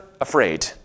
afraid